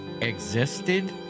existed